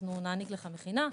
אנחנו נעניק לך מכינה,